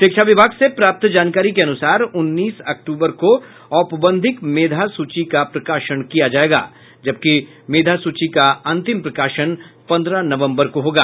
शिक्षा विभाग से प्राप्त जानकारी के अनुसार उन्नीस अक्टूबर को औपबंधिक मेधा सूची का प्रकाशन किया जायेगा जबकि मेधा सूची का अंतिम प्रकाशन पन्द्रह नवम्बर को होगा